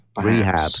Rehab